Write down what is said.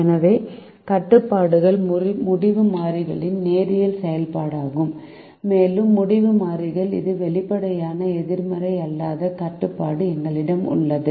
எனவே கட்டுப்பாடுகள் முடிவு மாறிகளின் நேரியல் செயல்பாடுகளாகும் மேலும் முடிவு மாறிகள் மீது வெளிப்படையான எதிர்மறை அல்லாத கட்டுப்பாடு எங்களிடம் உள்ளது